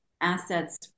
assets